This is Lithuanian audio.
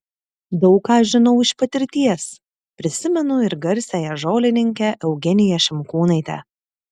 daug ką žinau iš patirties prisimenu ir garsiąją žolininkę eugeniją šimkūnaitę